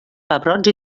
pebrots